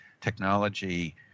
technology